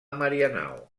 marianao